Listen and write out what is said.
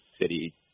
city